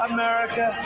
America